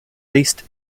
least